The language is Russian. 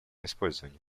использование